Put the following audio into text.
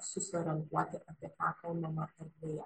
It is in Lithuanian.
susiorientuoti apie ką kalbama erdvėje